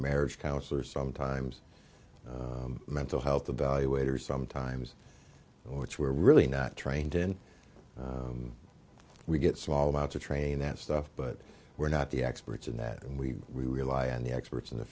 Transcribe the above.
marriage counselors sometimes mental health evaluation sometimes which we're really not trained in we get small amounts of training that stuff but we're not the experts in that and we rely on the experts in the